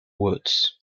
woods